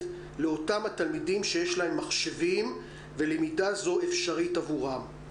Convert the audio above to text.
לאותם התלמידים שיש להם מחשבים ולמידה זו אפשרית עבורם.